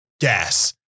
gas